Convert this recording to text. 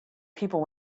people